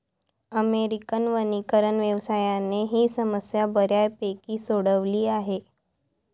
American वनीकरण व्यवसायाने ही समस्या बऱ्यापैकी सोडवली आहे